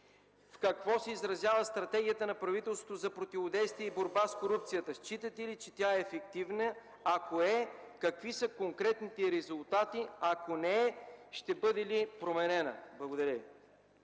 В какво се изразява стратегията на правителството за противодействие и борба с корупцията? Считате ли, че тя е ефективна, ако е – какви са конкретните резултатите, ако не е – ще бъде ли променена? Благодаря